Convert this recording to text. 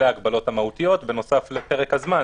אלה ההגבלות המהותיות בנוסף לפרק הזמן,